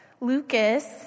Lucas